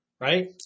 Right